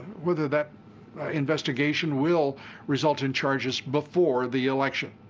whether that investigation will result in charges before the election.